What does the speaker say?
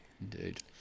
Indeed